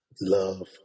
love